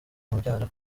umbyara